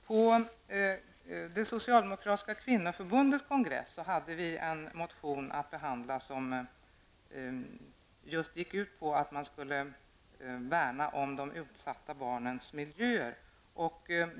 På det socialdemokratiska kvinnoförbundets kongress hade vi att behandla en motion som just gick ut på att man skulle värna om de utsatta barnens miljöer.